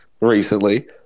recently